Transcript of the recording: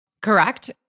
Correct